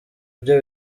bye